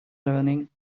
learning